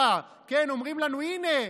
אומרים לנו: הינה,